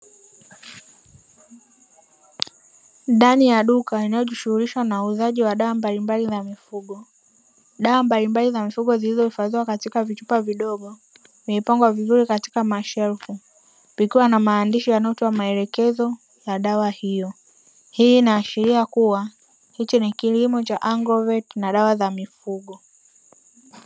Ndani ya duka, linalojishughulisha na uuzaji wa dawa mbalimbali za mifugo. Dawa mbalimbali za mifugo zilizohifadhiwa katika vichupa vidogo, vimepangwa vizuri katika mashelfu. Vikiwa na maandishi yanayoleta maelekezo ya dawa hiyo. Hii inaashiria kuwa, hicho ni kilimo cha (Agrovet na dawa za mifugo).